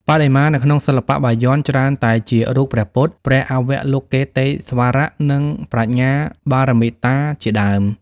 បដិមានៅក្នុងសិល្បៈបាយ័នច្រើនតែជារូបព្រះពុទ្ធ ព្រះអវលោកិតេស្វរ និងប្រាជ្ញាបារមិតាជាដើម ។